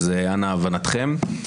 סליחה.